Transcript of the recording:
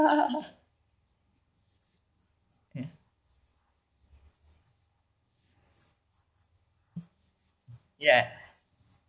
mm ya